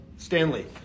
Stanley